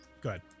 good